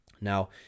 now